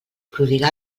prodigà